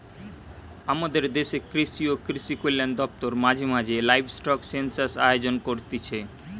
আমদের দেশের কৃষি ও কৃষিকল্যান দপ্তর মাঝে মাঝে লাইভস্টক সেনসাস আয়োজন করতিছে